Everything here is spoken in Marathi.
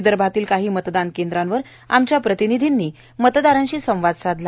विदर्भातील काही मतदान केंद्रावर आमच्या प्रतिनिधींनी मतदारांशी संवाद साधला